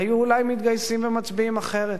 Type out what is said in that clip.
היו אולי מתגייסים ומצביעים אחרת.